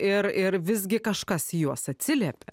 ir ir visgi kažkas į juos atsiliepė